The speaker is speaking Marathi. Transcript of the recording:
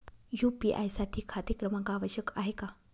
यू.पी.आय साठी खाते क्रमांक आवश्यक आहे का?